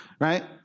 Right